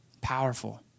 Powerful